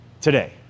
today